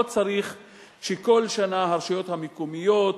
לא צריך שכל שנה הרשויות המקומיות